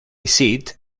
seat